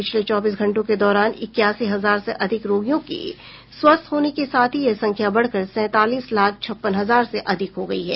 पिछले चौबीस घंटों के दौरान इक्यासी हजार से अधिक रोगियों के स्वस्थ होने के साथ ही यह संख्या बढकर सैंतालीस लाख छप्पन हजार से अधिक हो गई है